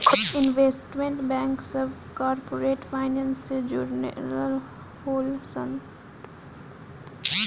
investment bank सभ corporate finance से जुड़ल होले सन